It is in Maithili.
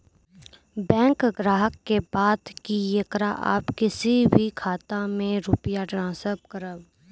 बैंक ग्राहक के बात की येकरा आप किसी भी खाता मे रुपिया ट्रांसफर करबऽ?